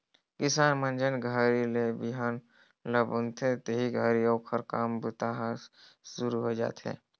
किसान मन जेन घरी ले बिहन ल बुनथे तेही घरी ले ओकर काम बूता हर सुरू होए जाथे